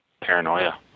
paranoia